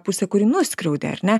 pusė kuri nuskriaudė ar ne